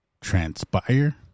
transpire